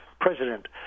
president